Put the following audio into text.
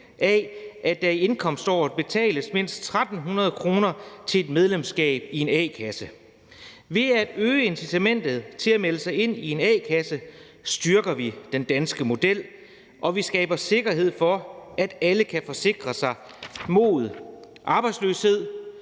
af, at der i indkomståret betales mindst 1.300 kr. til et medlemskab af en a-kasse. Ved at øge incitamentet til at melde sig ind i en a-kasse styrker vi den danske model og skaber sikkerhed for, at alle kan forsikre sig mod arbejdsløshed.